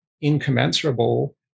incommensurable